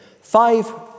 Five